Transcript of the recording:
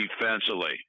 defensively